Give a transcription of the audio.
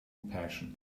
passion